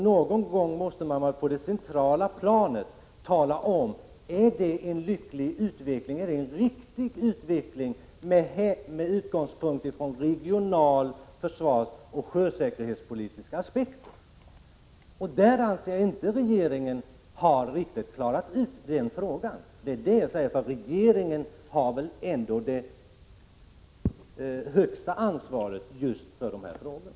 Någon gång måste man på det centrala planet ge besked. Är detta en lycklig utveckling? Är det en riktig utveckling med hänsyn till regionalförsvaret och med hänsyn till sjöfartspolitiska aspekter? Jag anser inte att regeringen riktigt har klarat ut detta. Regeringen har väl ändå det högsta ansvaret just för de här frågorna.